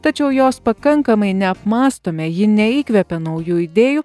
tačiau jos pakankamai neapmąstome ji neįkvepia naujų idėjų